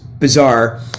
Bizarre